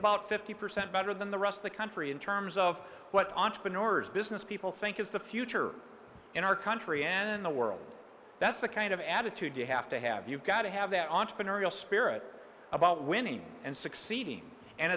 about fifty percent better than the rest of the country in terms of what entrepreneurs business people think is the future in our country and in the world that's the kind of attitude you have to have you've got to have that entrepreneurial spirit about winning and succeeding and